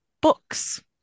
books